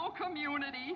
community